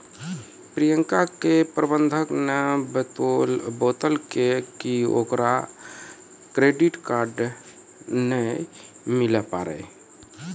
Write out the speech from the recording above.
प्रियंका के प्रबंधक ने बतैलकै कि ओकरा क्रेडिट कार्ड नै मिलै पारै